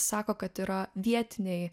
sako kad yra vietiniai